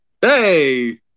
Hey